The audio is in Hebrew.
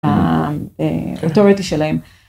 אוטוריטי שלהם.